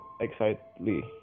excitedly